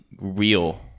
real